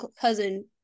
cousin